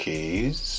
Keys